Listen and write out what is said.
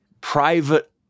private